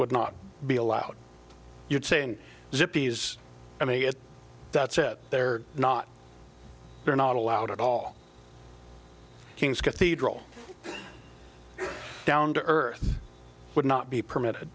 would not be allowed you're saying zippy is i me it that said they're not they're not allowed at all kings cathedral down to earth would not be permitted